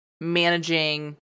managing